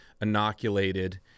inoculated